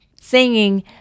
singing